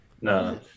no